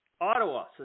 Ottawa